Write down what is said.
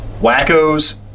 Wackos